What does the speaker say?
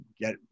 get